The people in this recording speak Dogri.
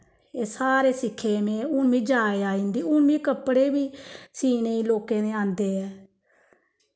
एह् सारे सिक्खे दे हून में जाच आई दी हून में कपड़े बी सीने ई लोकें दे आंदे ऐ